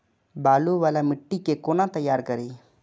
बालू वाला मिट्टी के कोना तैयार करी?